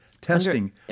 testing